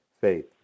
faith